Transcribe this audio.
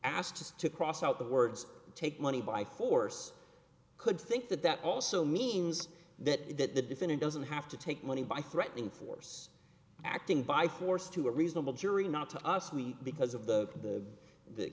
asked to cross out the words take money by force could think that that also means that the defendant doesn't have to take money by threatening force acting by force to a reasonable jury not to us we because of the